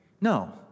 no